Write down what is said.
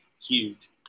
huge